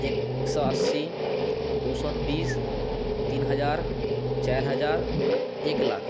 एक सओ अस्सी दुइ सओ बीस तीन हजार चारि हजार एक लाख